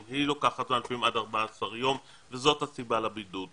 גם היא לוקחת לפעמים עד 14 יום וזאת הסיבה לבידוד.